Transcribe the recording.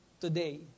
today